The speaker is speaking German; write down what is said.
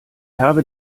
habe